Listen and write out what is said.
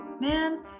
Man